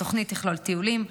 התוכנית תכלול טיולים,